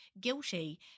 guilty